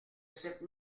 cette